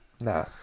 Nah